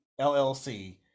llc